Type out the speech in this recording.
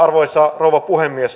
arvoisa rouva puhemies